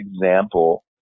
example